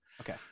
Okay